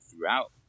throughout